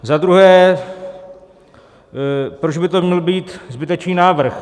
Za druhé, proč by to měl být zbytečný návrh?